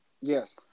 Yes